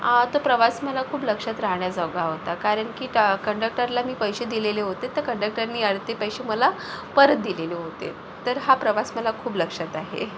आता प्रवास मला खूप लक्षात राहण्याजोगा होता कारण की कंडक्टरला मी पैसे दिलेले होते तर कंडक्टरनी अर्धे पैसे मला परत दिलेले होते तर हा प्रवास मला खूप लक्षात आहे